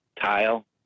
tile